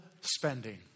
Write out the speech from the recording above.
spending